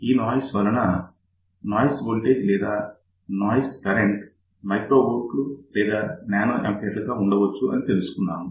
ఈ నోయిస్ వలన noise voltage లేదా నాయిస్ కరెంట్ μV లేదా nA గా ఉండవచ్చునని తెలుసుకున్నాం